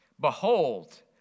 Behold